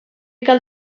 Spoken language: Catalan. cal